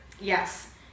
Yes